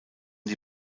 die